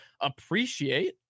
appreciate